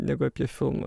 negu apie filmą